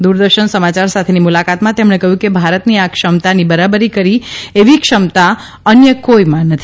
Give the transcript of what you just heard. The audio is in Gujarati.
દુરદર્શન સમાયાર સાથેની મુલાકાતમાં તેમણે કહથું કે ભારતની આ ક્ષમતાની બરાબરી કરી એવી ક્ષમતા અન્ય કોઈમાં નથી